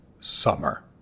summer